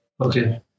Okay